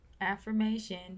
Affirmation